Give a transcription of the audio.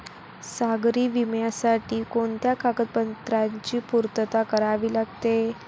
सागरी विम्यासाठी कोणत्या कागदपत्रांची पूर्तता करावी लागते?